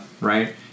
right